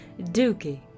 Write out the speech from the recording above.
Dookie